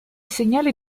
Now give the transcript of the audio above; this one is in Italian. segnali